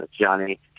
Johnny